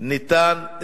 ניתן.